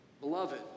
Beloved